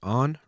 on